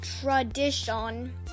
tradition